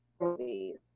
movies